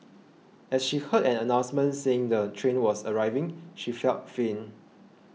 as she heard an announcement saying the train was arriving she felt faint